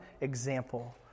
example